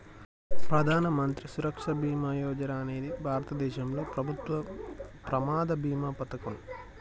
ప్రధాన మంత్రి సురక్ష బీమా యోజన అనేది భారతదేశంలో ప్రభుత్వం ప్రమాద బీమా పథకం